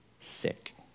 sick